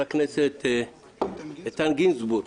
ח"כ איתן גינזבורג,